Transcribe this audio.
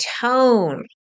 tone